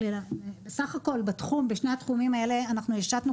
סך הכל בשני התחומים האלה אנחנו השתנו